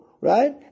right